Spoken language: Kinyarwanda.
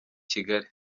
kigali